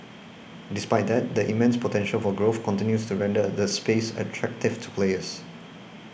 despite that the immense potential for growth continues to render the space attractive to players